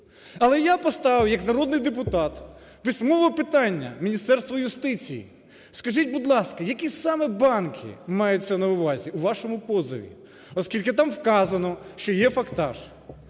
Але я поставив як народний депутат письмове питання Міністерству юстиції: скажіть, будь ласка, які саме банки маються на увазі у вашому позові, оскільки та вказано, що є фактаж?